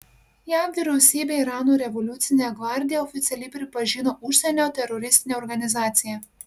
jav vyriausybė irano revoliucinę gvardiją oficialiai pripažino užsienio teroristine organizacija